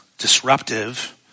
Disruptive